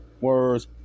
words